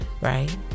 Right